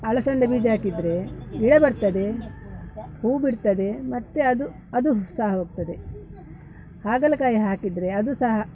ಅಲಸಂದೆ ಬೀಜ ಹಾಕಿದರೆ ಗಿಡ ಬರ್ತದೆ ಹೂ ಬಿಡ್ತದೆ ಮತ್ತು ಅದು ಅದು ಸಹ ಹೋಗ್ತದೆ ಹಾಗಲಕಾಯಿ ಹಾಕಿದರೆ ಅದೂ ಸಹ